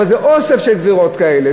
אבל זה אוסף של גזירות כאלה,